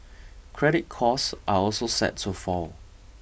credit costs are also set to fall